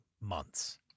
months